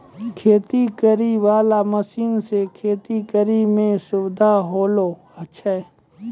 खेती करै वाला मशीन से खेती करै मे सुबिधा होलो छै